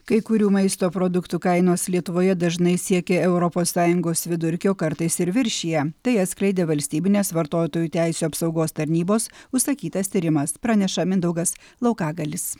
kai kurių maisto produktų kainos lietuvoje dažnai siekia europos sąjungos vidurkį o kartais ir viršija tai atskleidė valstybinės vartotojų teisių apsaugos tarnybos užsakytas tyrimas praneša mindaugas laukagalis